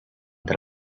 that